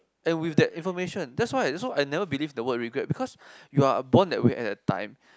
and with that information that's why that's why I never believe the word regret because you are born that way at that time